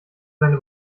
seine